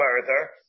further